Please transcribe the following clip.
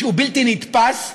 שהוא בלתי נתפס,